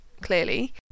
clearly